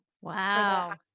Wow